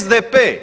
SDP.